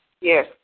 Yes